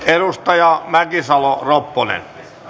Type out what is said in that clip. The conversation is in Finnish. edustaja mäkisalo ropponen